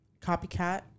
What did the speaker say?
Copycat